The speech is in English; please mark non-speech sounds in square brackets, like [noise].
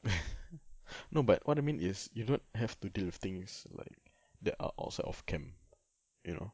[laughs] no but what I mean is you don't have to deal with things like that are outside of camp you know